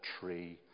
tree